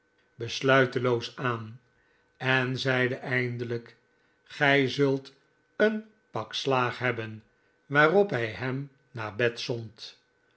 besluiteloos aan en zeide eindelijk gij zult een pak slaag hebben waarop hij hem naar bed zond